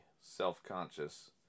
self-conscious